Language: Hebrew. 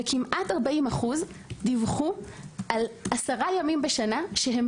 כמעט 40 אחוז דיווחו על עשרה ימים בשנה שהם